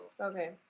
Okay